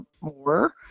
more